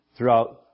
Throughout